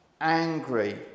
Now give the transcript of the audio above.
angry